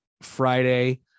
Friday